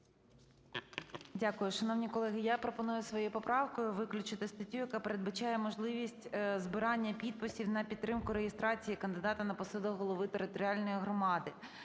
Дякую. Шановні колеги, я пропоную своєю поправкою виключити статтю, яка передбачає можливість збирання підписів на підтримку реєстрації кандидата на посаду голови територіальної громади.